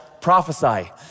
prophesy